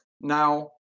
now